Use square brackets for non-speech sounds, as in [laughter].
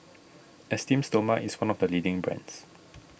[noise] Esteem Stoma is one of the leading brands